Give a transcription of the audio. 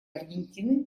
аргентины